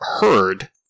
heard